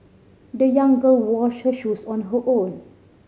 the young girl washed her shoes on her own